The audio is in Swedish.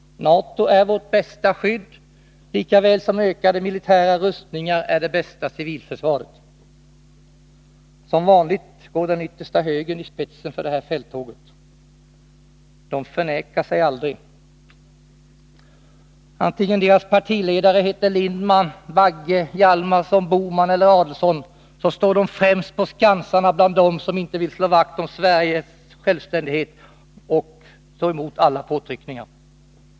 NATO är vårt bästa skydd lika väl som ökade militära rustningar är det bästa civilförsvaret! Som vanligt går den yttersta högern i spetsen för det här fälttåget. Dess anhängare förnekar sig aldrig. Antingen deras partiledare heter Lindman, Bagge, Hjalmarson, Bohman eller Adelsohn står de främst på skansarna bland dem som inte vill slå vakt om Sveriges självständighet och stå emot alla påtryckningar.